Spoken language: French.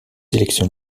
élections